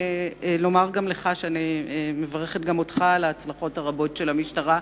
לומר לך שאני מברכת גם אותך על ההצלחות הרבות של המשטרה.